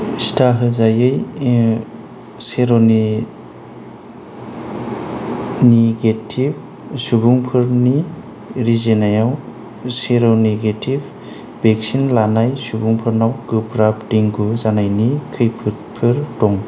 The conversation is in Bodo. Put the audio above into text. सिथाहोजायै सेरोनिगेटिव सुबुंफोरनि रिजिनायाव सेरोनिगेटिव वैक्सीन लानाय सुबुंफोरनाव गोब्राब डेंगू जानायनि खैफोदफोर दं